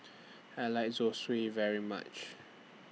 I like Zosui very much